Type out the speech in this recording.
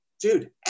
dude